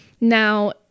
Now